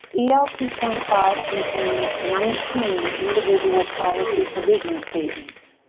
el two point five contains nineteen individual policy provision statements.